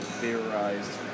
theorized